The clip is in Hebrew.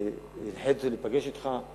הנחיתי אותו להיפגש אתך,